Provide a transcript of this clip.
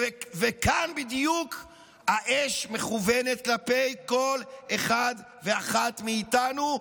וכאן בדיוק האש מכוונת כלפי כל אחד ואחת מאיתנו.